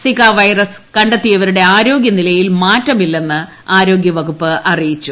Zika virus കണ്ടെത്തിയവരുടെ ആരോഗ്യ നിലയിൽ മാറ്റമില്ലെന്ന് ആരോഗ്യ വകുപ്പ് അറിയിച്ചു